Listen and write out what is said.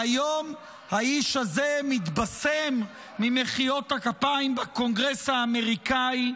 והיום האיש הזה מתבסם ממחיאות הכפיים בקונגרס האמריקני,